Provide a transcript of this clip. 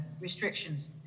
restrictions